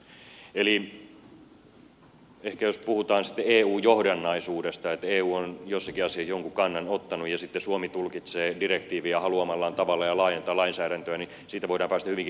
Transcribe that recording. eli ehkä jos puhutaan sitten eu johdannaisuudesta siis että eu on jossakin asiassa jonkun kannan ottanut ja sitten suomi tulkitsee direktiiviä haluamallaan tavalla ja laajentaa lainsäädäntöä voidaan päästä hyvinkin korkeisiin lukuihin